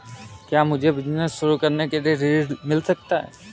क्या मुझे बिजनेस शुरू करने के लिए ऋण मिल सकता है?